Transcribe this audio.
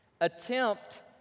Attempt